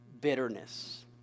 bitterness